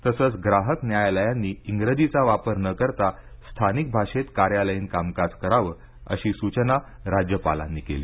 तसंच ग्राहक न्यायालयांनी इंग्रजीचा वापर न करता स्थानिक भाषेत कार्यालयीन कामकाज करावे अशी सूचना राज्यपालांनी केली